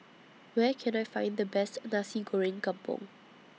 Where Can I Find The Best Nasi Goreng Kampung